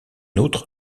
outre